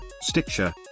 Stitcher